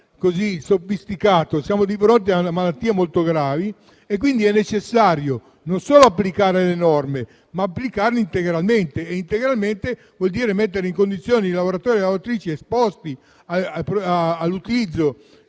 di sofisticato. Siamo di fronte a malattie molto gravi e quindi è necessario non solo applicare le norme, ma applicarle integralmente. Integralmente vuol dire mettere i lavoratori e le lavoratrici esposte all'utilizzo